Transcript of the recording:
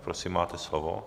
Prosím, máte slovo.